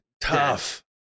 tough